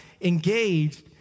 engaged